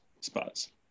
spots